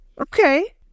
okay